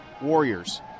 Warriors